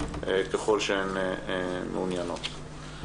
ככל שהן מעוניינות.